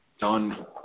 done